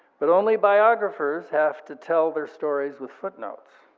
but only biographers have to tell their stories with footnotes.